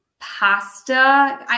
Pasta